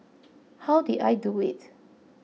how did I do it